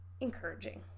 encouraging